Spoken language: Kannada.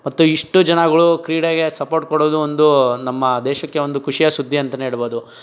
ಮತ್ತು ಇಷ್ಟು ಜನಗಳು ಕ್ರೀಡೆಗೆ ಸಪೋರ್ಟ್ ಕೊಡೋದು ಒಂದು ನಮ್ಮ ದೇಶಕ್ಕೆ ಒಂದು ಖುಷಿಯ ಸುದ್ದಿ ಅಂತಲೇ ಹೇಳಬಹುದು